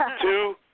two